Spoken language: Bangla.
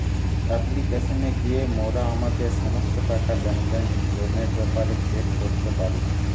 অ্যাপ্লিকেশানে গিয়া মোরা আমাদের সমস্ত টাকা, লেনদেন, লোনের ব্যাপারে চেক করতে পারি